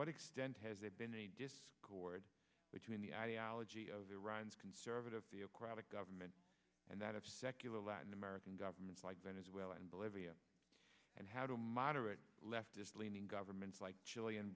what extent has it been a discord between the ideology of iran's conservative the aquatic government and that of secular latin american governments like venezuela and bolivia and how do moderate leftist leaning governments like chile an